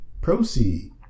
proceed